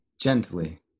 Gently